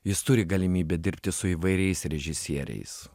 jis turi galimybę dirbti su įvairiais režisieriais